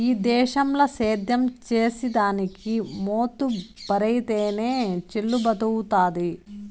ఈ దేశంల సేద్యం చేసిదానికి మోతుబరైతేనె చెల్లుబతవ్వుతాది